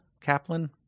Kaplan